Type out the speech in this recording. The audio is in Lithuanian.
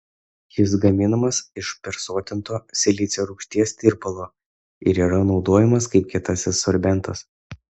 jis gaminamas iš persotinto silicio rūgšties tirpalo ir yra naudojamas kaip kietasis sorbentas